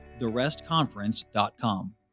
therestconference.com